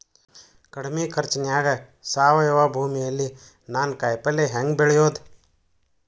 ಕಡಮಿ ಖರ್ಚನ್ಯಾಗ್ ಸಾವಯವ ಭೂಮಿಯಲ್ಲಿ ನಾನ್ ಕಾಯಿಪಲ್ಲೆ ಹೆಂಗ್ ಬೆಳಿಯೋದ್?